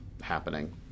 happening